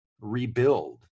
rebuild